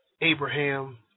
Abraham